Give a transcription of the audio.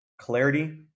clarity